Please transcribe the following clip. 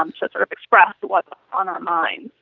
um so sort of express what's on our minds.